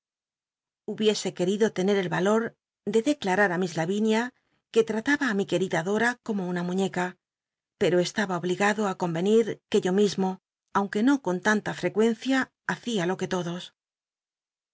hubiese querido tener el valor de declarar ií biblioteca nacional de españa david copperfield dora se acercó á mi furti tmcntc miss lavinia que ttataba i mi querida dora como una muñeca pero estaba obligado á convenir que yo mismo aunque no con lanla frecuencia hacia jo que todos